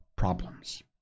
problems